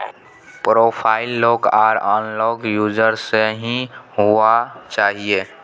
profile lock आर unlock user से ही हुआ चाहिए